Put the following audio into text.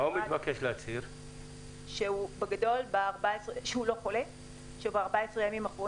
בילטרליים להדדיות שהישראלי שיוצא מכאן באמת יכול לנחות